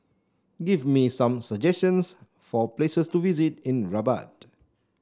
give me some suggestions for places to visit in Rabat